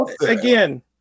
again